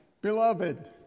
beloved